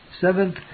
Seventh